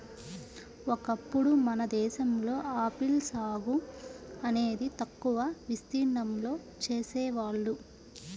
ఒకప్పుడు మన దేశంలో ఆపిల్ సాగు అనేది తక్కువ విస్తీర్ణంలో చేసేవాళ్ళు